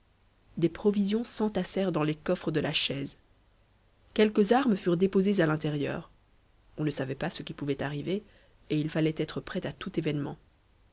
des provisions s'entassèrent dans les coffres de la chaise quelques armes furent déposées à l'intérieur on ne savait pas ce qui pouvait arriver et il fallait être prêt à tout événement